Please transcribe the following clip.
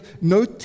no